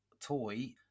toy